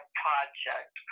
project